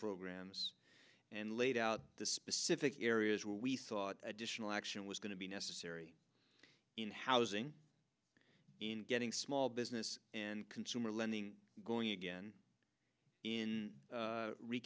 programs and laid out the specific areas where we thought additional action was going to be necessary in housing in getting small business and consumer lending going again in